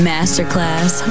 Masterclass